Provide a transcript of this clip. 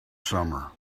summer